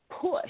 push